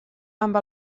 amb